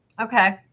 Okay